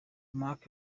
mark